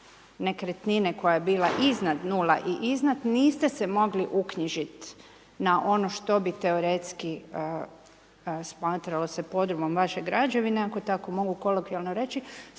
nekretnine, koja je bila iznad 0 i iznad, niste se mogli uknjižiti, na ono što bi teoretski, smatralo se podrumom vaše građevine, ako tako mogu kolokvijalno tako